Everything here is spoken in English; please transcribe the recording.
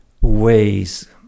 ways